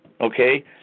okay